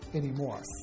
anymore